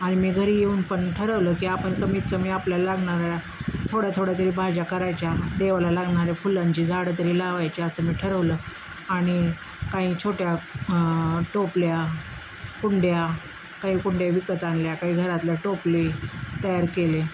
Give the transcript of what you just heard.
आणि मी घरी येऊन पण ठरवलं की आपण कमीत कमी आपल्याला लागणाऱ्या थोड्या थोड्या तरी भाज्या करायच्या देवाला लागणाऱ्या फुलांची झाडं तरी लावायची असं मी ठरवलं आणि काही छोट्या टोपल्या कुंड्या काही कुंड्या विकत आणल्या काही घरातल्या टोपली तयार केले